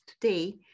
today